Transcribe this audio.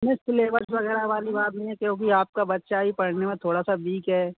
इसमें सिलेबस वग़ैरह वाली बात नहीं है क्योंकि आपका बच्चा ही पढ़ने में थोड़ा सा वीक है